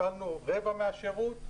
הפעלנו רבע מהשירות.